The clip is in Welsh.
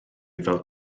fel